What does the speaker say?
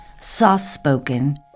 soft-spoken